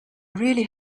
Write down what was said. really